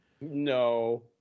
No